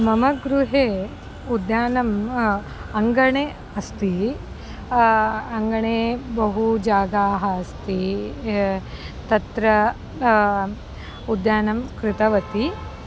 मम गृहे उद्यानम् अङ्गणे अस्ति अङ्गणे बहवः जागाः अस्ति तत्र उद्यानं कृतवती